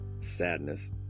sadness